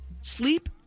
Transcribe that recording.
sleep